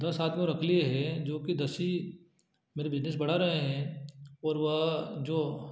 दस हाथ और रख लिए है जो कि दस ही मेरे बिजनेस बढ़ा रहे हैं और वह जो